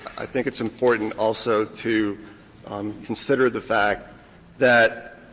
i think it's important also to um consider the fact that